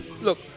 Look